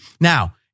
Now